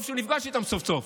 טוב שהוא נפגש איתם סוף-סוף.